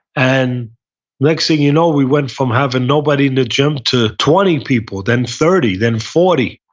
and next thing you know, we went from having nobody in the gym to twenty people, then thirty, then forty.